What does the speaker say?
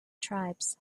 tribes